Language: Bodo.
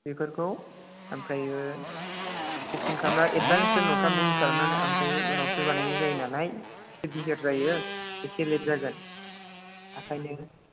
बेफोरखौ ओमफ्राय बुकिं खालामना एडभान्स दोनहरखा बुकिं खालामनानै ओमफ्राय उनावसो बानायनाय जायो नालाय बिहिर जायो एसे लेट जागोन ओंखायनो